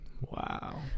Wow